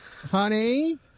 Honey